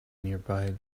nearby